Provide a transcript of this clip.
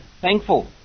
thankful